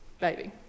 baby